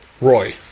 Roy